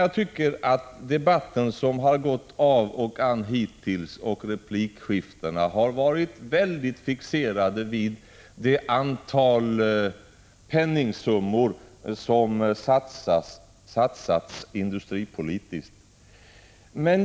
Debatten och replikskiftena har gått av och an hittills, och jag tycker att man har varit mycket fixerad vid de penningsummor som satsats på industripolitiken.